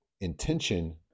intention